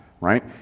right